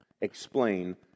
explain